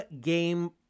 game